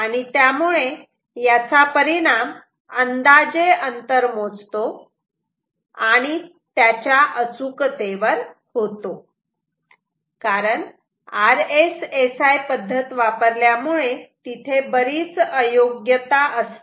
आणि त्यामुळे याचा परिणाम अंदाजे अंतर मोजतो त्याच्या अचूकतेवर होतो कारण RSSI पद्धत वापरल्यामुळे तिथे बरीच अयोग्यता असते